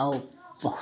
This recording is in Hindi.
और बहुत